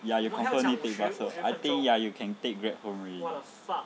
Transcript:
ya you confirm need to take bus home I think ya you can take grab home already